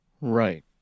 Right